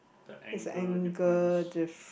the angle difference